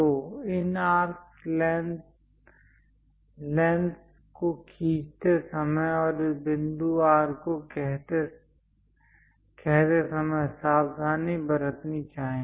तो इन arcs length को खींचते समय और इस बिंदु R को कहते समय सावधानी बरतनी चाहिए